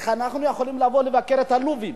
איך אנחנו יכולים לבקר את הלובים?